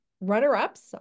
runner-ups